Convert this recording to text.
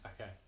okay